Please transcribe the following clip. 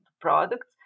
products